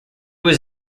was